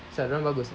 asal dorang bagus